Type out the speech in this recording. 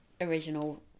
original